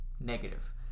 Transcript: negative